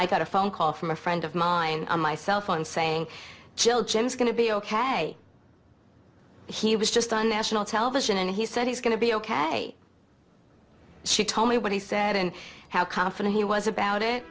i got a phone call from a friend of mine on my cell phone saying jelled since going to be ok he was just on national television and he said he's going to be ok she told me when he said in how confident he was about it